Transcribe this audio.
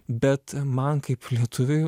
bet man kaip lietuviui